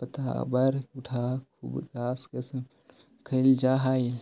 पतवार औउर सूखल घास के समेटे में कईल जा हई